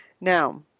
Now